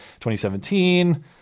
2017